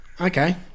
Okay